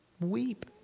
weep